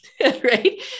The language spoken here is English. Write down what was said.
right